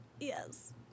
yes